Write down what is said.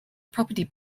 property